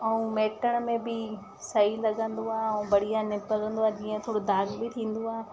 ऐं मेंटण में बि सही लगंदो आहे ऐं बढ़िया निपरंदो आहे जीअं थोरो दाग बि थींदो आहे